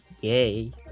Yay